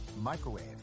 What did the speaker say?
microwave